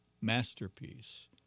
masterpiece